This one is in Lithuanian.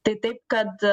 tai taip kad